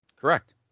Correct